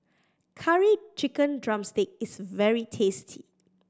Curry Chicken drumstick is very tasty